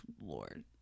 Lord